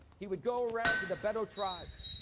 he would go around to the bedu tribes.